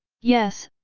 yes,